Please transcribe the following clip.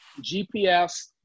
GPS